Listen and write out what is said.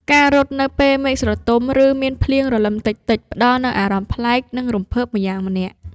ការរត់នៅពេលមេឃស្រទុំ ឬមានភ្លៀងរលឹមតិចៗ ផ្ដល់នូវអារម្មណ៍ប្លែក និងរំភើបម្យ៉ាងម្នាក់។